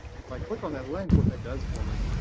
if i click on that link, what that does for me